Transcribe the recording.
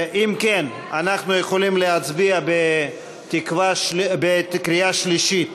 אם כן, אנחנו יכולים להצביע בקריאה שלישית